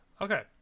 Okay